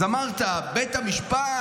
אז אמרת: בית המשפט,